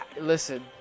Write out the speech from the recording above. Listen